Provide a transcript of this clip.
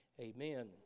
amen